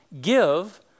Give